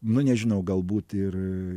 nu nežinau galbūt ir